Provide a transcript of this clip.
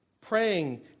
Praying